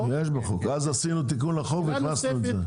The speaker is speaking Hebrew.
ואז עשינו תיקון לחוק והכנסנו את זה.